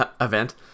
event